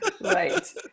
right